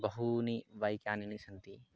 बहूनि बैक्यानानि सन्ति